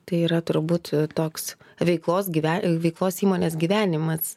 tai yra turbūt toks veiklos gyve veiklos įmonės gyvenimas